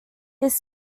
his